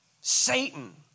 Satan